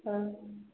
ହେଉ